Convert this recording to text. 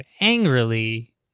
angrily